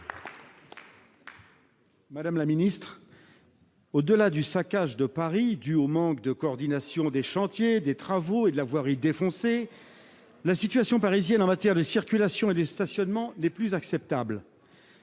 Madame la ministre, au-delà du saccage de Paris dû au manque de coordination des chantiers, des travaux et de la voirie défoncée, la situation parisienne en matière de circulation et de stationnement n'est plus acceptable